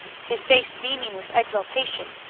his face beaming with exultation.